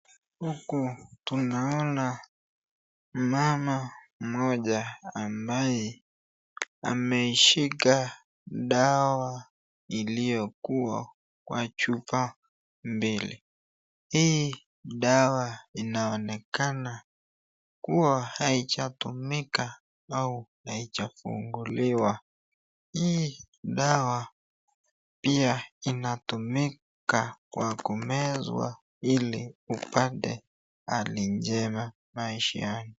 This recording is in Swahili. Huku tunaona mama moja ambaye ameshika dawa iliyokuwa kuwa chupa mbili , hii dawa inaonekana kuwa haijatumika au haijafunguliwa, hii dawa pia inatumika kwa kumezwa hili upate hali njema maishani.